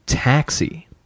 taxi